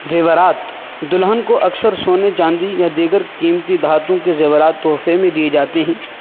زیورات دلہن کو اکثر سونے چاندی یا دیگر قیمتی دھاتوں کے زیورات تحفے میں دیے جاتے ہیں